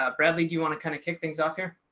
ah bradley, do you want to kind of kick things off here?